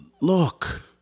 Look